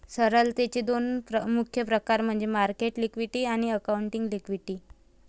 तरलतेचे दोन मुख्य प्रकार म्हणजे मार्केट लिक्विडिटी आणि अकाउंटिंग लिक्विडिटी